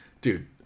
dude